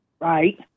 right